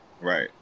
Right